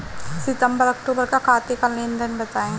सितंबर अक्तूबर का खाते का लेनदेन बताएं